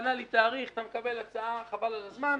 התפנה לי תאריך, תקבל הצעה "חבל על הזמן".